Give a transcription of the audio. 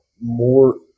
more